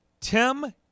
Tim